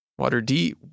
Waterdeep